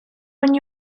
when